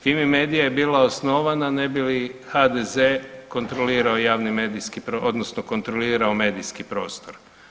Fimi-media je bila osnovana ne bi li HDZ kontrolirao javni medijski, odnosno kontrolirao medijski prostor.